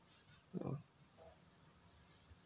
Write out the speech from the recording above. ya